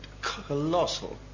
colossal